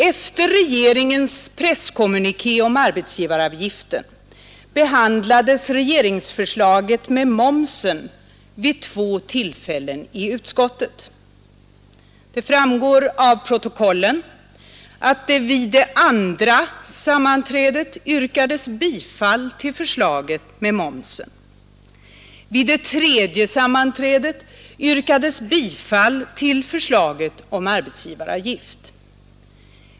Efter regeringens presskommuniké om arbetsgivaravgiften behandlades regeringsförslaget med momsen vid två tillfällen i utskottet. Det framgår av protokollen att vid det andra sammanträdet yrkades bifall till förslaget med momsen. Vid det tredje sammanträdet yrkades bifall till förslaget om arbetsgivaravgiften.